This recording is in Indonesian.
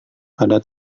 pada